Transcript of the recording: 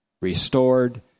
restored